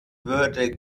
würde